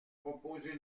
proposez